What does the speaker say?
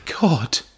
God